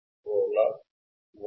role of 3